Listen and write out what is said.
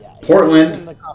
Portland